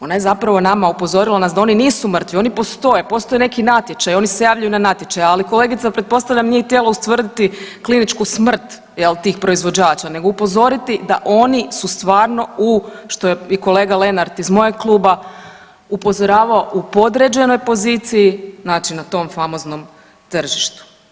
Ona je zapravo nama upozorila nas da oni nisu mrtvi, oni postoje, postoje neki natječaji, oni se javljaju na natječaje, ali kolegica pretpostavljam nije htjela ustvrditi kliničku smrt jel tih proizvođača nego upozoriti da oni su stvarno u što je i kolega Lenart iz mojeg kluba upozoravao u podređenoj poziciji znači na tom famoznom tržištu.